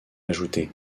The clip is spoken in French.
ajoutées